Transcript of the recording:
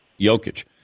Jokic